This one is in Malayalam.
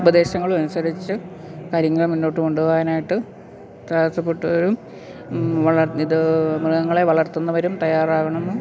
ഉപദേശങ്ങളും അനുസരിച്ച് കാര്യങ്ങൾ മുന്നോട്ട് കൊണ്ടുപോകാനായിട്ട് പ്രയാസപ്പെട്ടവരും ഇത് മൃഗങ്ങളെ വളർത്തുന്നവരും തയ്യാറാകണമെന്ന്